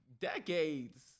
decades